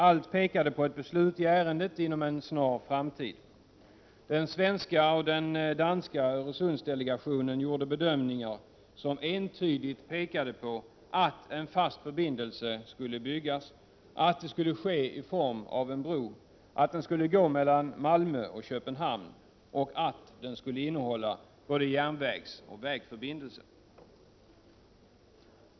Allt pekade på ett beslut i ärendet inom en snar framtid. Både den svenska och den danska Öresundsdelegationen gjorde bedömningar som entydigt pekade på att en fast förbindelse skulle byggas, att det skulle ske i form av en bro, att den skulle gå mellan Malmö och Köpenhamn och att den skulle innehålla både järnvägsoch vägförbindelser.